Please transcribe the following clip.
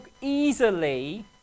easily